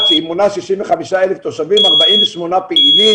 - שמונה 65,000 תושבים 48 פעילים.